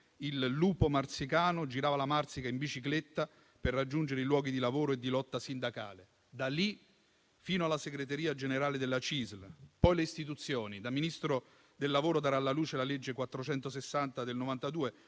il "lupo marsicano" girava la Marsica in bicicletta per raggiungere i luoghi di lavoro e di lotta sindacale. Da lì fino alla segreteria generale della CISL, poi le istituzioni: da Ministro del lavoro, darà alla luce la legge n. 460 del 1992,